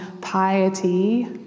piety